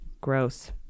Gross